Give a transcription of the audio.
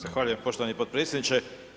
Zahvaljujem poštovani potpredsjedniče.